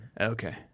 okay